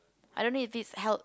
I don't know if it's held